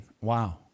Wow